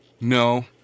No